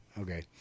okay